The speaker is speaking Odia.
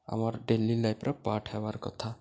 ଆମର୍ ଡେଲି ଲାଇଫ୍ର ପାର୍ଟ୍ ହେବାର୍ କଥା